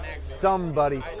somebody's